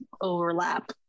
overlap